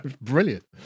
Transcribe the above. brilliant